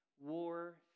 war